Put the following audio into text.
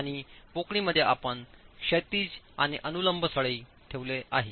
आणि पोकळीमध्ये आपण क्षैतिज आणि अनुलंब सळई ठेवले आहे